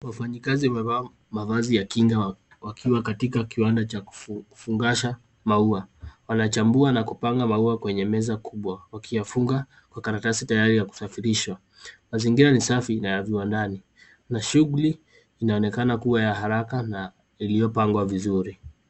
Wafanyikazi wamevaa mavazi ya kinga wakiwa katika kiwanda cha kufungasha maua. Wanachambua na kupanga maua kwenye meza kubwa wakiyafunga kwa karatasi tayari ya kusafirishwa. Mazingira ni safi na ya viwandani na shughuli inaonekana kuwa ya haraka na iliyopangwa vizuri.